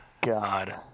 God